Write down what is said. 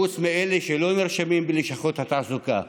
חוץ מאלה שלא נרשמים בלשכות התעסוקה,